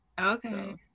Okay